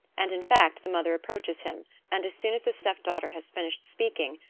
and in fact, the mother approaches him and as soon as the step-daughter has finished speaking,